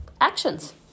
actions